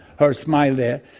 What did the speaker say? her smile there,